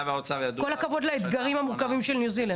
עם כל הכבוד לאתגרים המורכבים של ניו זילנד.